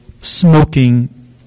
smoking